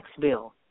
bill